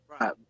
Right